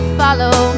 follow